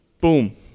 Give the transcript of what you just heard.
Boom